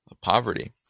poverty